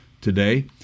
today